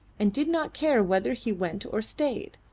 and did not care whether he went or stayed.